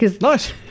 Nice